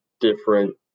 different